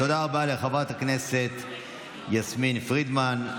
תודה רבה לחברת הכנסת יסמין פרידמן.